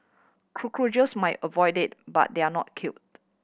cockroaches may avoid it but they are not killed